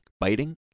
biting